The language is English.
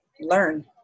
learn